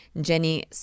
jenny